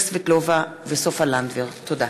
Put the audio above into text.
תודה.